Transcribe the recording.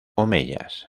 omeyas